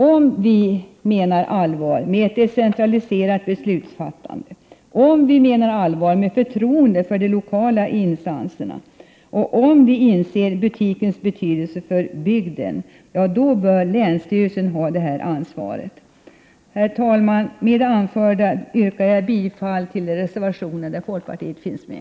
Om vi menar allvar med ett decentraliserat beslutsfattande, med förtroende för de lokala instanserna, och om vi inser butikens betydelse för bygden, bör länsstyrelsen ha detta ansvar. Herr talman! Med det anförda yrkar jag bifall till de reservationer där folkpartiet finns med.